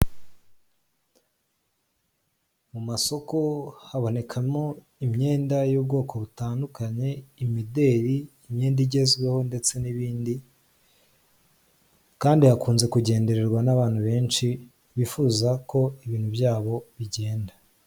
Mu ma soko habonekamo imyenda y'ubwoko butandukanye imideri imyenda igezweho ndetse nibindi kandi hakunze kugendererwa na bantu benshi bifuza ko ibintu byabo bigenda.